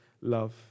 love